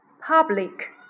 public